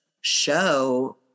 show